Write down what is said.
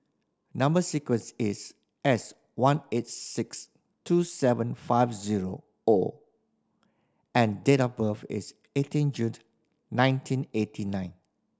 number sequence is S one eight six two seven five zero O and date of birth is eighteen June nineteen eighty nine